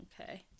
Okay